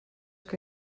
que